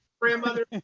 Grandmother